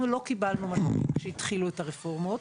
אנחנו לא קיבלנו משאבים כשהתחילו את הרפורמות.